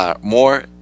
more